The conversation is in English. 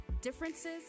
Differences